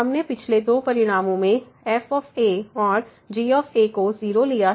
हमने पिछले दो परिणामों में f और g को 0 लिया है